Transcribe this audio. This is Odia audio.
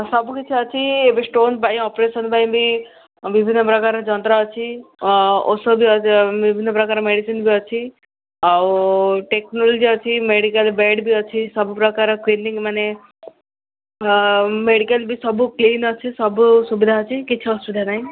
ସବୁକିଛି ଅଛି ଏବେ ଷ୍ଟୋନ୍ ପାଇଁ ଅପରେସନ୍ ପାଇଁ ବି ବିଭିନ୍ନ ପ୍ରକାର ଯନ୍ତ୍ର ଅଛି ଓ ଔଷଧୀୟ ଯେ ବିଭିନ୍ନ ପ୍ରକାର ମେଡ଼ିସିନ୍ ବି ଅଛି ଆଉ ଟେକ୍ନୋଲୋଜି ଅଛି ମେଡ଼ିକାଲ୍ ବେଡ଼୍ ବି ଅଛି ସବୁ ପ୍ରକାର କ୍ଲିନିଂ ମାନେ ହଁ ମେଡ଼ିକାଲ୍ ବି ସବୁ କ୍ଲିନ୍ ଅଛି ସବୁ ସୁବିଧା ଅଛି କିଛି ଅସୁବିଧା ନାହିଁ